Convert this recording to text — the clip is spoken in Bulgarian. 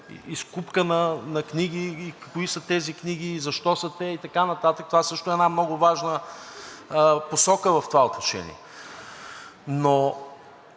изкупка на книги и кои са тези книги и защо са те и така нататък, това също е една много важна посока в това отношение. Но